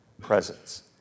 presence